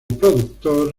productor